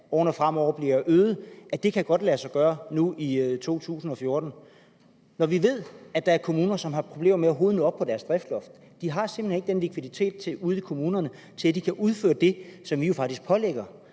årene fremover bliver øget, godt lade sig gøre? Vi ved, at der er kommuner, der har problemer med overhovedet at nå op på deres driftsloft. Ude i kommunerne har de simpelt hen ikke den likviditet, der skal til, for at de kan udføre det, som vi jo faktisk pålægger